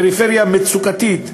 פריפריה מצוקתית.